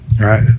right